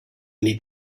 need